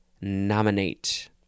nominate